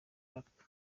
rap